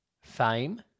fame